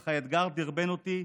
אך האתגר דרבן אותי,